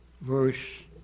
verse